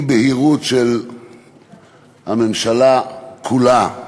אי-בהירות של הממשלה כולה.